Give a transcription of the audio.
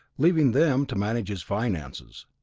leaving them to manage his finances.